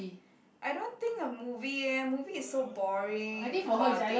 I don't think a movie eh a movie is so boring for a date